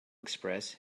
express